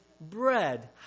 bread